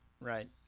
Right